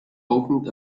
opened